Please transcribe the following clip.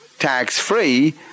tax-free